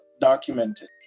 documented